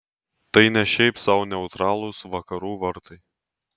tai ne šiaip sau neutralūs vakarų vartai